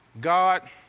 God